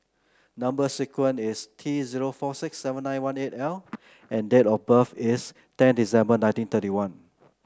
number sequence is T zero four six seven nine one eight L and date of birth is ten December nineteen thirty one